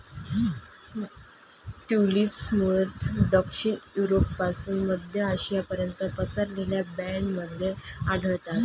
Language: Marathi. ट्यूलिप्स मूळतः दक्षिण युरोपपासून मध्य आशियापर्यंत पसरलेल्या बँडमध्ये आढळतात